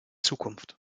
zukunft